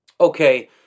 Okay